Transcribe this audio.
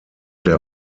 der